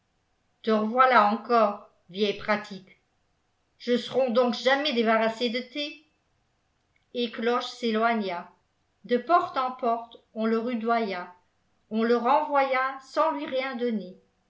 te r'voilà encore vieille pratique je s'rons donc jamais débarrassés de té et cloche s'éloigna de porte en porte on le rudoya on le renvoya sans lui rien donner